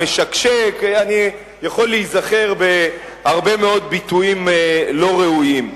"משקשק"; אני יכול להיזכר בהרבה מאוד ביטויים לא ראויים.